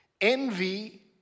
envy